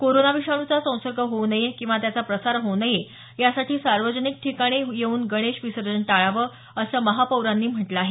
corona विषाणूचा संसर्ग होऊ नये किंवा त्याचा प्रसार होऊ नये यासाठी सार्वजनिक ठिकाणी येऊन गणेश विसर्जन टाळावं असं महापौरांनी म्हटलं आहे